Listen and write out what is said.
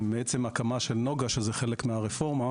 מעצם הקמה של נגה שהיא חלק מהרפורמה,